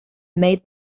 made